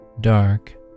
dark